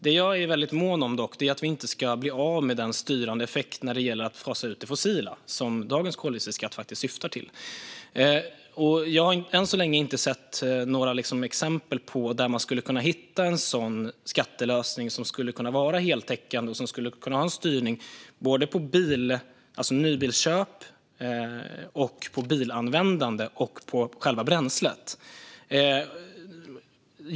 Det jag dock är väldigt mån om är att vi inte ska bli av med den styrande effekt när det gäller att fasa ut det fossila som dagens koldioxidskatt syftar till. Jag har än så länge inte sett några exempel där man kan hitta en skattelösning som skulle kunna vara heltäckande och som skulle kunna ha en styrning både på nybilsköp, på bilanvändande och på själva bränslet.